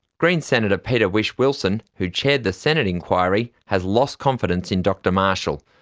greens senator peter whish-wilson, who chaired the senate inquiry, has lost confidence in dr marshall,